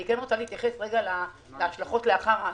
אני רוצה להתייחס להשלכות לאחר האסון.